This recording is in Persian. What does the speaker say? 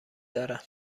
دارم